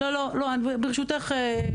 עליך?